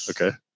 Okay